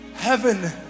heaven